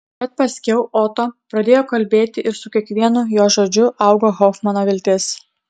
bet paskiau oto pradėjo kalbėti ir su kiekvienu jo žodžiu augo hofmano viltis